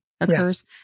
occurs